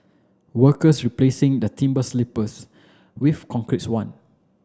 workers replacing the timber sleepers with concretes one